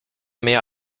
mehr